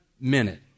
minute